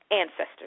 ancestors